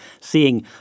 seeing